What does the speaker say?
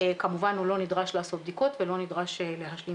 כמובן הוא לא נדרש לעשות בדיקות ולא נדרש להשלים